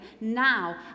now